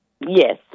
Yes